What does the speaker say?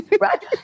Right